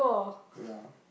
ya